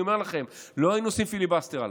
אני אומר לכם, לא היינו עושים פיליבסטר עליו.